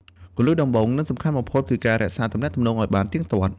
គន្លឹះដំបូង និងសំខាន់បំផុត គឺ រក្សាការទំនាក់ទំនងឱ្យបានទៀងទាត់។